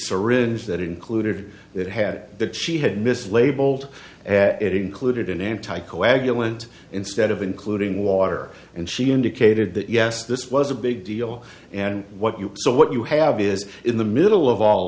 syringe that included that had that she had mislabeled it included an anti coagulant instead of including water and she indicated that yes this was a big deal and what you saw what you have is in the middle of all